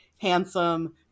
handsome